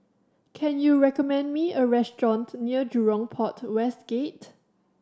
can you recommend me a restaurant near Jurong Port West Gate